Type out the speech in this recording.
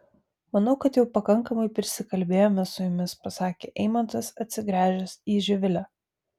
manau kad jau pakankamai prisikalbėjome su jumis pasakė eimantas atsigręžęs į živilę